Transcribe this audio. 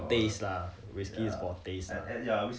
to taste lah whisky is for taste lah